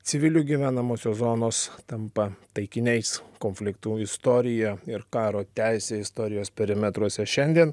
civilių gyvenamosios zonos tampa taikiniais konfliktų istorija ir karo teisė istorijos perimetruose šiandien